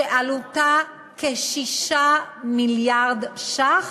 שעלותה כ-6 מיליארד ש"ח,